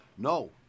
No